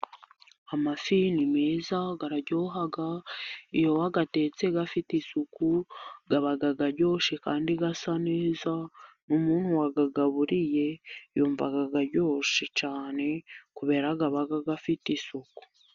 Amafi ni meza araryoha, iyo wayatetse afite isuku, aba aryoshye kandi asa neza, n'umuntu wayagaburiye yumva aryoshye cyane, kubera aba afite isuku.